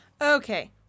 Okay